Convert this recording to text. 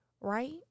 right